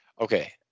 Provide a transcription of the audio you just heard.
Okay